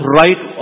right